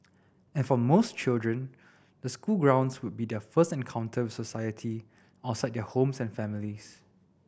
and for most children the school grounds would be their first encounter with society outside their homes and families